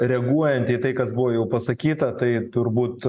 reaguojant į tai kas buvo jau pasakyta tai turbūt